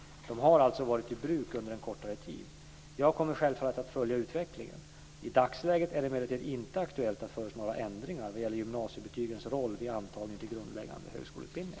De har alltså varit i bruk under en kortare tid. Jag kommer självfallet att följa utvecklingen. I dagsläget är det emellertid inte aktuellt att föreslå ändringar vad gäller gymnasiebetygens roll vid antagning till grundläggande högskoleutbildning.